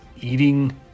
eating